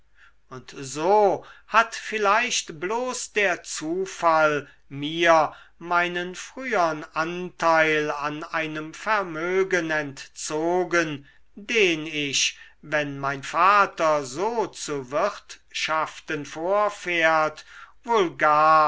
und so hat vielleicht bloß der zufall mir meinen frühern anteil an einem vermögen entzogen den ich wenn mein vater so zu wirtschaften fortfährt wohl gar